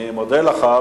אני מודה לך.